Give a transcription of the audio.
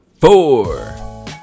four